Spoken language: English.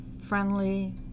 friendly